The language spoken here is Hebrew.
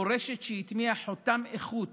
מורשת שהטמיעה חותם איכות